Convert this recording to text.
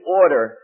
order